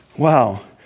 Wow